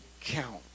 count